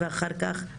ואחר כך אנחנו